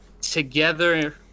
together